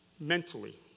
mentally